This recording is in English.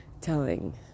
telling